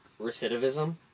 recidivism